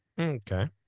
Okay